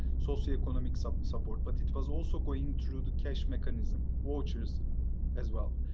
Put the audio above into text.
socioeconomic sop support. but it was also going through the cash mechanism auteur's as well.